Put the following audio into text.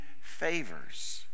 favors